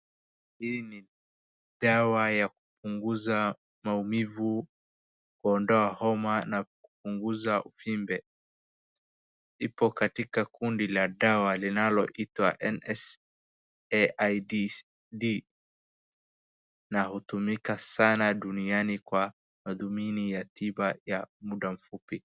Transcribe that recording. Hii ni dawa ya kupunguza maumivu, kuondoa homa na kupungza uvimbe. Ipo katika kundi la dawa linaloitwa NSAID na hutumika sana duniani kwa madhuni ya tiba ya muda mfupi.